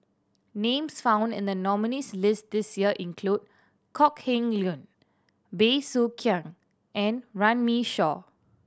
names found in the nominees' list this year include Kok Heng Leun Bey Soo Khiang and Runme Shaw